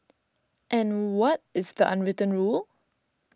and what is the unwritten rule